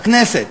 בכנסת,